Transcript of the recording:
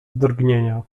drgnienia